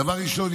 דבר ראשון,